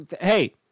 hey